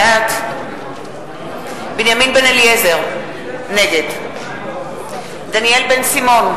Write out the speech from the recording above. בעד בנימין בן-אליעזר, נגד דניאל בן-סימון,